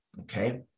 Okay